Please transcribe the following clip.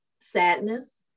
sadness